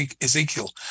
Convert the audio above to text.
Ezekiel